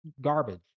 garbage